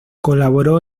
colaboró